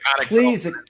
please